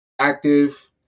active